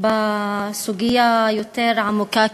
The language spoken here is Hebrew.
בסוגיה העמוקה יותר,